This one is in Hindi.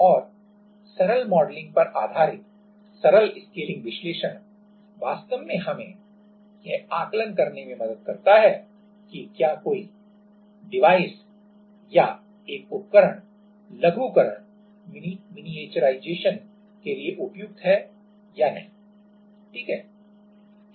और सरल मॉडलिंग पर आधारित सरल स्केलिंग विश्लेषण वास्तव में हमें यह आकलन करने में मदद करता है कि क्या कोई उपकरण या एक उपकरण मिनिएचराइजेशन के लिए उपयुक्त है या नहीं ठीक है